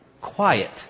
quiet